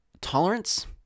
tolerance